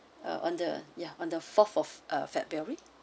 uh on the ya on the fourth of uh february